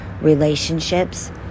relationships